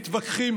מתווכחים,